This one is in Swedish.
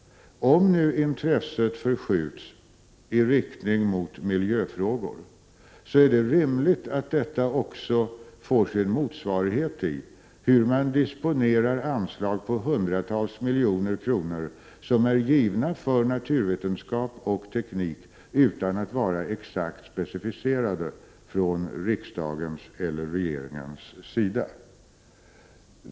Om nu intresset förskjuts i riktning mot miljöfrågor, är det rimligt att detta också får utslag i hur man disponerar anslagen på hundratals miljoner kronor, som är givna för naturvetenskap och teknik utan att vara exakt specificerade från riksdagens eller regeringens sida.